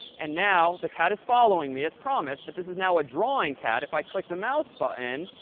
and now the cat is following me, as promised. but this is now a drawing cat. if i click the mouse button,